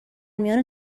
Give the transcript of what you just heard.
میان